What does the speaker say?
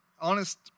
honest